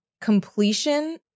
Completion